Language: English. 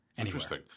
Interesting